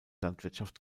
landwirtschaft